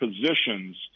positions